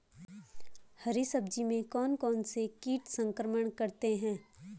हरी सब्जी में कौन कौन से कीट संक्रमण करते हैं?